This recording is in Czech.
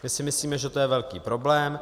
My si myslíme, že to je velký problém.